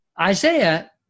Isaiah